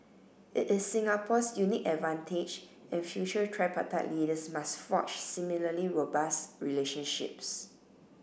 it is Singapore's unique advantage and future tripartite leaders must forge similarly robust relationships